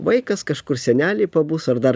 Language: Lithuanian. vaikas kažkur seneliai pabus ar dar